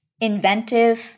inventive